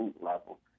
level